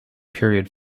period